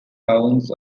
rounds